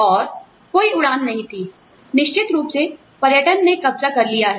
और आप जानते हैं कोई उड़ान नहीं थी निश्चित रूप से पर्यटन ने कब्ज़ा कर लिया है